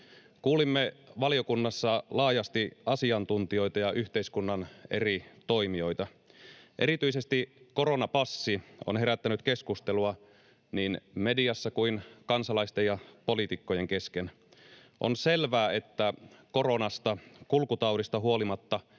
Kuulimme valiokunnassa laajasti asiantuntijoita ja yhteiskunnan eri toimijoita. Erityisesti koronapassi on herättänyt keskustelua niin mediassa kuin kansalaisten ja poliitikkojenkin kesken. On selvää, että koronasta, kulkutaudista, huolimatta